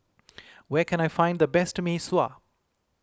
where can I find the best Mee Sua